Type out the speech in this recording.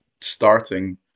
starting